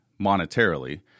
monetarily